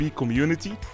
community